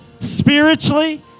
spiritually